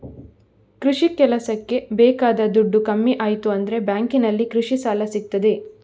ಕೃಷಿ ಕೆಲಸಕ್ಕೆ ಬೇಕಾದ ದುಡ್ಡು ಕಮ್ಮಿ ಆಯ್ತು ಅಂದ್ರೆ ಬ್ಯಾಂಕಿನಲ್ಲಿ ಕೃಷಿ ಸಾಲ ಸಿಗ್ತದೆ